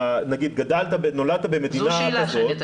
נגיד נולדת במדינה כזאת ואחר כך אתה --- זו השאלה שלי,